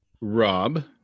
Rob